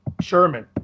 Sherman